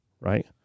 right